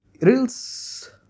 Reels